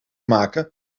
maken